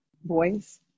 boys